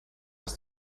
ist